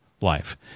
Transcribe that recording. life